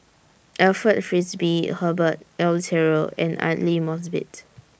Alfred Frisby Herbert Eleuterio and Aidli Mosbit